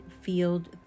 field